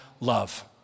love